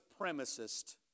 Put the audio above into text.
supremacist